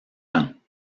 ans